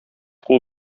кул